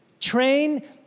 train